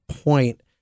point